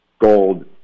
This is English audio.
gold